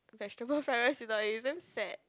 vegetable fried rice without egg that's sad